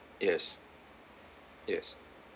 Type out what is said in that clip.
yes yes